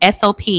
SOP